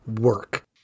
work